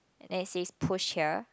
as is push here